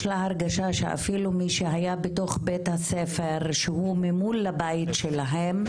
יש לה הרגשה שאפילו מי שהיה בתוך בית-הספר שהוא ממול לבית שלהם,